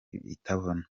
itabona